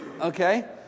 Okay